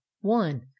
one